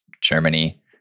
Germany